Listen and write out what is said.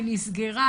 היא נסגרה,